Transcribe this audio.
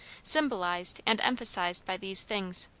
symbolized and emphasized by these things.